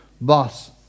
boss